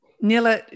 Nila